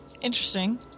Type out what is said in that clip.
Interesting